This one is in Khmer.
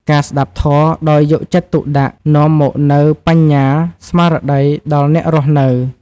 ការស្ដាប់ធម៌ដោយយកចិត្តទុកដាក់ នាំមកនូវបញ្ញាស្មារតីដល់អ្នករស់នៅ។